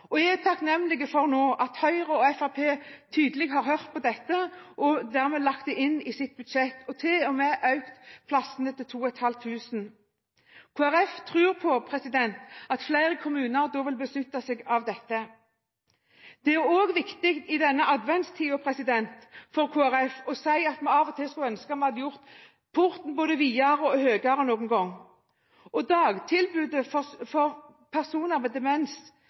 Jeg er takknemlig for at Høyre og Fremskrittspartiet tydelig har hørt på dette og lagt det inn i sitt budsjett, og til og med økt til 2 500 plasser. Kristelig Folkeparti tror at flere kommuner vil benytte seg av dette. Det er også viktig i denne adventstid for Kristelig Folkeparti å si at vi av og til skulle ønske at vi hadde gjort porten både videre og høyere. Når det gjelder dagtilbudet for personer med demens, skulle kriteriene for